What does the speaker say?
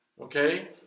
Okay